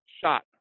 shot